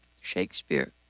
Shakespeare